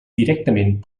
directament